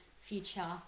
future